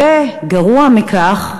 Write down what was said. גרוע מכך,